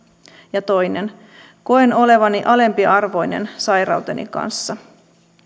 ja toinen koen olevani alempiarvoinen sairauteni kanssa